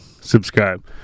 subscribe